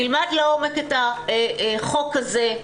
נלמד לעומק את החוק הזה,